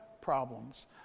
problems